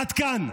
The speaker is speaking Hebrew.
עד כאן.